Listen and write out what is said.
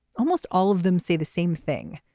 almost all of them say the same thing.